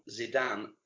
Zidane